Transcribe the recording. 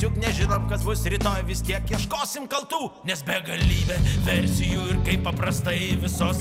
juk nežinom kas bus rytoj vis tiek ieškosim kaltų nes begalybė versijų ir kaip paprastai visos